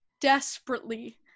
desperately